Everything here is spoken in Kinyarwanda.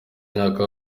myaka